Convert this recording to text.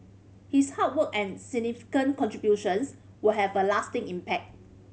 his hard work and significant contributions will have a lasting impact